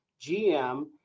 GM